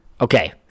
Okay